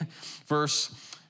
verse